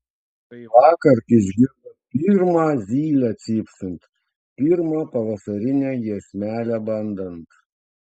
štai vakar išgirdo pirmą zylę cypsint pirmą pavasarinę giesmelę bandant